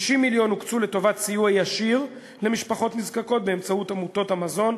60 מיליון הוקצו לסיוע ישיר למשפחות נזקקות באמצעות עמותות המזון.